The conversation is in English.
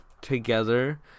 together